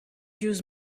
use